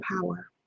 power